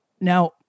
now